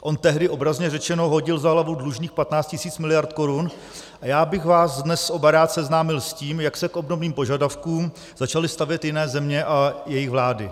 On tehdy obrazně řečeno hodil za hlavu dlužných patnáct tisíc miliard korun a já bych vás dnes oba rád seznámil s tím, jak se k obdobným požadavkům začaly stavět jiné země a jejich vlády.